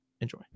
enjoy